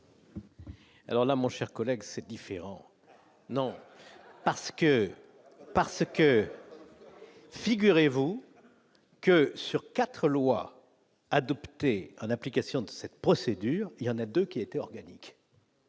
Alors là, mon cher collègue, c'est différent. Non, parce que, parce que figurez-vous. Que sur 4 lois adoptées en application de cette procédure, il y en a 2 qui était organique.